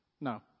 No